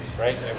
right